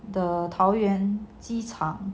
the 桃园机场